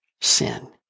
sin